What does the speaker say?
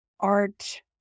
art